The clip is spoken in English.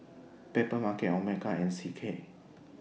Papermarket Omega and C K